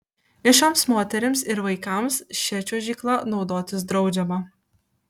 nėščioms moterims ir vaikams šia čiuožykla naudotis draudžiama